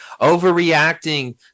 overreacting